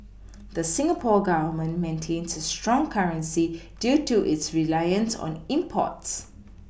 the Singapore Government maintains a strong currency due to its reliance on imports